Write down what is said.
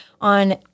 on